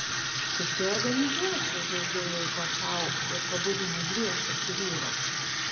susiorganizuočiau daugiau laiko sau ir pabuvimui dviese su vyru